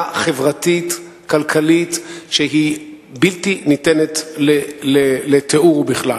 חברתית-כלכלית שהיא בלתי ניתנת לתיאור בכלל.